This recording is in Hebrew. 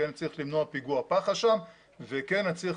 כן אני צריך למנוע פיגוע פח"ע שם וכן אני צריך